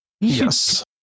yes